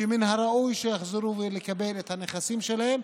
מן הראוי שיחזרו לקבל את הנכסים שלהם,